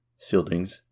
Sildings